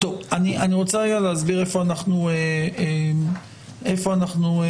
אני רוצה להסביר היכן אנו נמצאים.